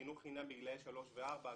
חינוך חינם בגילאי שלוש וארבע,